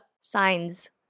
Signs